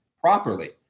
properly